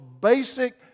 basic